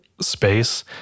space